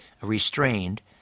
restrained